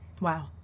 Wow